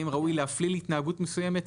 האם ראוי להפליל התנהגות מסוימת,